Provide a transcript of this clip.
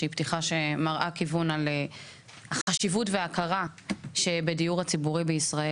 שהיא פתיחה שמראה כיוון על חשיבות והכרה בדיור הציבורי בישראל.